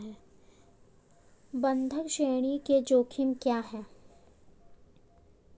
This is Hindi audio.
बंधक ऋण के जोखिम क्या हैं?